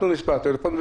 נתנו מס' טלפון,